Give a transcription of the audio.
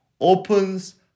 opens